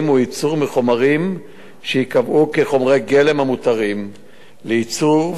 הוא ייצור מחומרים שייקבעו כחומרי גלם המותרים לייצור,